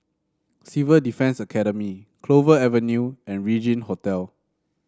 Civil Defence Academy Clover Avenue and Regin Hotel